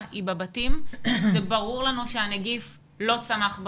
אני יודעת שלא לכך התכוונת אבל לטובת מי ששומע אותנו,